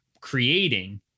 creating